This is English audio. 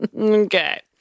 Okay